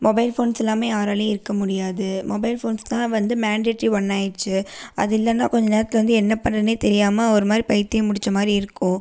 mobile phones இல்லாமல் யாராலேயும் இருக்க முடியாது மொபைல் ஃபோன்ஸ் தான் வந்து மேன்டிட்ரி ஒன்னாகிடுச்சி அது இல்லைன்னா கொஞ்ச நேரத்தில் வந்து என்ன பண்ணுறதுனே தெரியாமல் ஒரு மாதிரி பைத்தியம் பிடிச்ச மாதிரி இருக்கும்